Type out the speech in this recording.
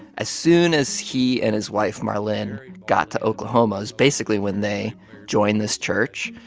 as soon as he and his wife marlyn got to oklahoma was basically when they joined this church.